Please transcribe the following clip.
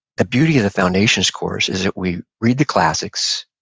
the beauty of the foundations course is that we read the classics,